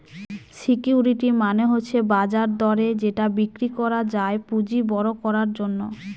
security মানে হচ্ছে বাজার দরে যেটা বিক্রি করা যায় পুঁজি বড়ো করার জন্য